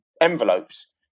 Envelopes